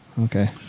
okay